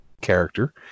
character